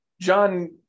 John